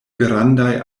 grandaj